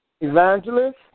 evangelist